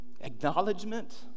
acknowledgement